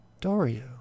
Dario